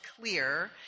clear